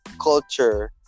culture